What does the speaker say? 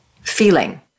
feeling